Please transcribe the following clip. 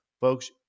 folks